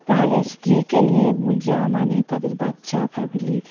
তাহলে স্ত্রীকে নিয়ে যাওয়া মানে তাদের বাচ্চা ফ্যামিলি